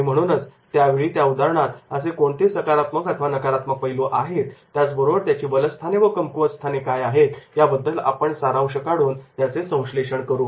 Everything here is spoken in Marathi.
आणि म्हणूनच त्यावेळी त्या उदाहरणात असे कोणते सकारात्मक अथवा नकारात्मक पैलू आहेत त्याबरोबरच त्याची बलस्थाने व कमकुवत स्थाने काय आहेत याबद्दल आपण सारांश काढून त्याचे संश्लेषण करू